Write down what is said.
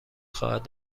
خواهد